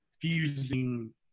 fusing